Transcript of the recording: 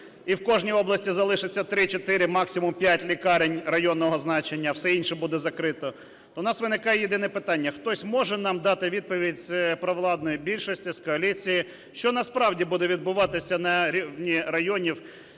і в кожній області залишиться 3-4, максимум 5 лікарень районного значення, все інше буде закрито. То в нас виникає єдине питання, хтось може нам дати відповідь з провладної більшості, з коаліції, що насправді буде відбуватися на рівні районів.